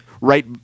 right